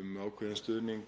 um ákveðinn stuðning